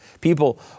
people